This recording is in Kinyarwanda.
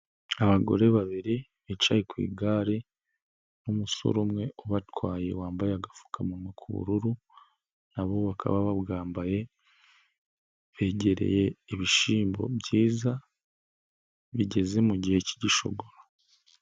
Abagore babiri bicaye ku igare n'umusore umwe ubatwaye wambaye agafukamuwa k'ubururu na bo bakaba babwambaye, begereye ibishyimbo byiza bigeze mu gihe cy'igishogoro.